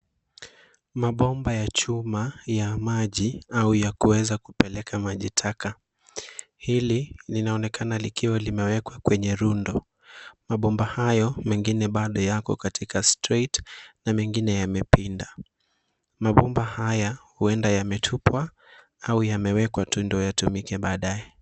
Mabomba ya chuma, ya maji au ya kuweza kupeleka maji taka. Hili linaonekana likiwa limewekwa kwenye rundo. Mabomba hayo mengine bado yako katika straight na mengine yamepinda. Mabomba haya huenda yametupwa au yamewekwa tu ndo yatumike baadaye.